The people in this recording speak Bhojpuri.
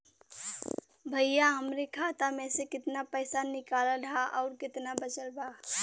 भईया हमरे खाता मे से कितना पइसा निकालल ह अउर कितना बचल बा?